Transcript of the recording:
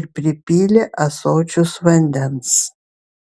ir pripylė ąsočius vandens